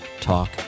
Talk